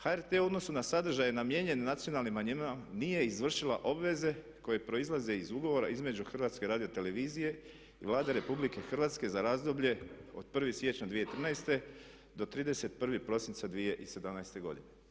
HRT u odnosu na sadržaje namijenjene nacionalnim manjinama nije izvršila obveze koje proizlaze iz ugovora između HRT-a i Vlade RH za razdoblje od 1. siječnja 2013. do 31. prosinca 2017. godine.